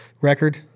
record